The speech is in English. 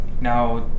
Now